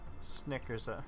Snickers